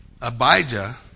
Abijah